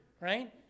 Right